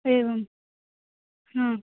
एवम्